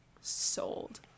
sold